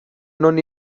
non